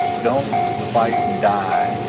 don't fight and die